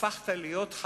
והפכת להיות חכ"פ,